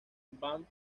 van